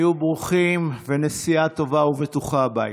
היו ברוכים, ונסיעה טובה ובטוחה הביתה.